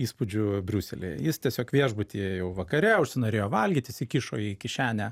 įspūdžiu briuselyje jis tiesiog viešbutyje jau vakare užsinorėjo valgyt įsikišo į kišenę